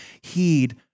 heed